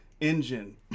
engine